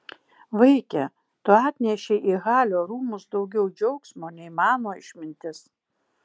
vaike tu atnešei į halio rūmus daugiau džiaugsmo nei mano išmintis